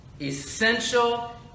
essential